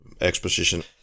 exposition